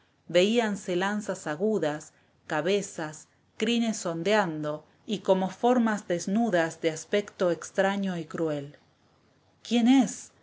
cabalgando víanse lanzas agudas cabezas crines ondeando y como formas desnudas de aspecto extraño y cruel la cautiva quién es